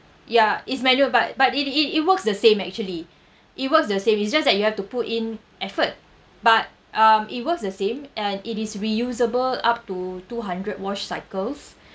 ya it's manual but but it it it works the same actually it works the same it's just that you have to put in effort but um it works the same and it is reusable up to two hundred wash cycles